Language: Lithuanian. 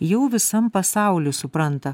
jau visam pasauly supranta